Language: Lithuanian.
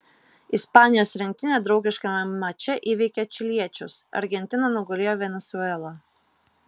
ispanijos rinktinė draugiškame mače įveikė čiliečius argentina nugalėjo venesuelą